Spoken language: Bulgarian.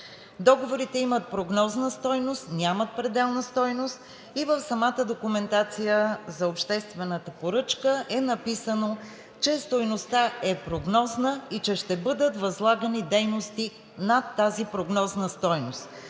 Договорите имат прогнозна стойност – нямат пределна стойност, и в самата документация за обществената поръчка е написано, че стойността е прогнозна и че ще бъдат възлагани дейности над тази прогнозна стойност.